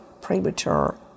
premature